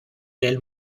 del